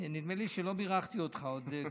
כי נדמה לי שעדיין לא בירכתי אותך כיושב-ראש.